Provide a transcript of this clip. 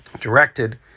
directed